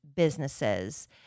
businesses